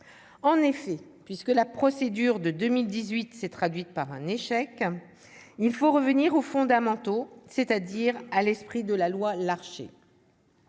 en effet puisque la procédure de 2018 s'est traduite par un échec, il faut revenir aux fondamentaux, c'est-à-dire à l'esprit de la loi, l'archer